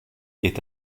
est